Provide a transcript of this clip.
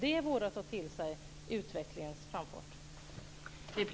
Det vore att ta till sig utvecklingens framfart.